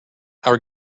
our